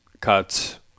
cuts